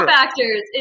factors